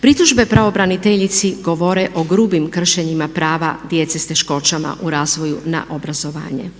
Pritužbe pravobraniteljici govore o grubim kršenjima prava djece sa teškoćama u razvoju na obrazovanje.